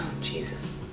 Jesus